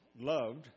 loved